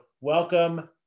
Welcome